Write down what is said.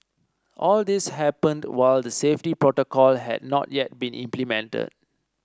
all this happened while the safety protocol had not yet been implemented